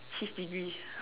cheese degree